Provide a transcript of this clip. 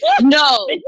No